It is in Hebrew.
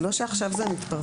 זה לא שעכשיו זה מתפרסם.